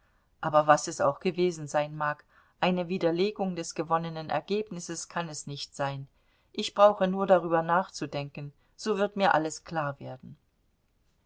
aber was es auch gewesen sein mag eine widerlegung des gewonnenen ergebnisses kann es nicht sein ich brauche nur darüber nachzudenken so wird mir alles klarwerden